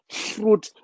fruit